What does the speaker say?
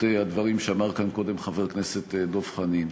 הדברים שאמר כאן קודם חבר הכנסת דב חנין,